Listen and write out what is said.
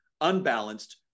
unbalanced